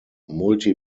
multi